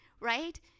right